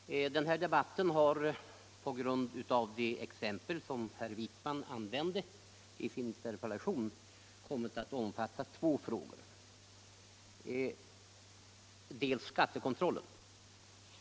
Nr 88 Herr talman! Den här debatten har på grund av de exempel som herr Wijkman anförde i sin interpellation kommit att omfatta två frågor, varav den ena gäller skattekontrollen.